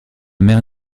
mère